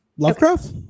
Lovecraft